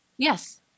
Yes